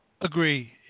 Agree